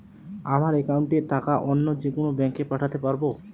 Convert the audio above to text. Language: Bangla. আমার একাউন্টের টাকা অন্য যেকোনো ব্যাঙ্কে পাঠাতে পারব?